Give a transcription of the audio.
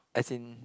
as in